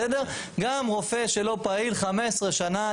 גם רופא שלא פעיל 15 שנה,